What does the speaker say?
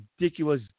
ridiculous